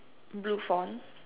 blue